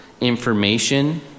information